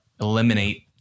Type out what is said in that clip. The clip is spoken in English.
eliminate